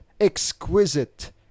exquisite